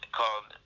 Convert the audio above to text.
called